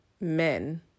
men